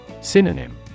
Synonym